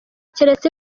keretse